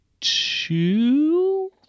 two